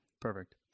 Perfect